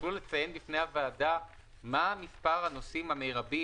תוכלו לציין בפני הוועדה מה מס' הנוסעים המרבי